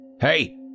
Hey